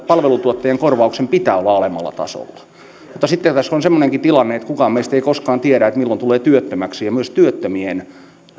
palveluntuottajan korvauksen pitää olla alemmalla tasolla mutta sitten tässä on semmoinenkin tilanne että kukaan meistä ei koskaan tiedä milloin tulee työttömäksi ja myös työttömien